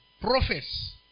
prophets